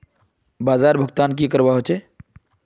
बाजार भुगतान की करवा होचे?